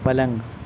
پلنگ